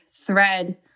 thread